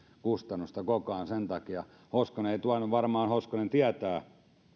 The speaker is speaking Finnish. kustannusta koko ajan sen takia varmaan hoskonen tietää